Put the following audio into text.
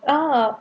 uh